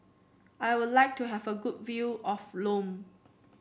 I would like to have a good view of Lome